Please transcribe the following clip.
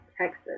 Texas